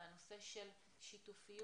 זה הנושא של שיתופיות,